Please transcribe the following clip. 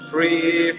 Free